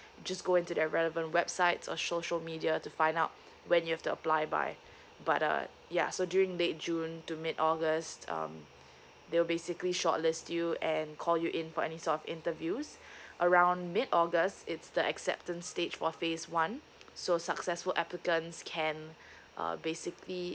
just go into their relevant websites or social media to find out when you have to apply by but uh ya so during late june to mid august um they'll basically shortlist you and call you in for any sort of interviews around mid august it's the acceptance stage for phase one so successful applicants can uh basically